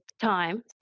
time